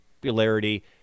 popularity